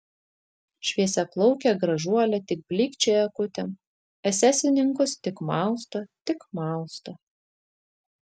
šviesiaplaukė gražuolė tik blykčioja akutėm esesininkus tik mausto tik mausto